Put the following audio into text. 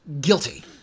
guilty